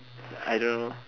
I don't know